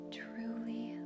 truly